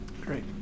Great